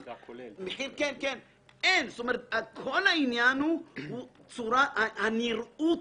כל העניין הוא הנראות,